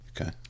Okay